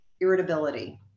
irritability